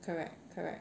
correct correct